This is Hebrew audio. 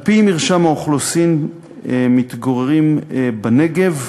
2 3. על-פי מרשם האוכלוסין מתגוררים בנגב,